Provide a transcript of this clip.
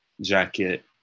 jacket